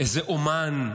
איזה אומן.